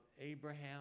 Abraham